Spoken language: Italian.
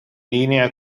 linea